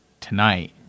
tonight